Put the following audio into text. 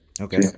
Okay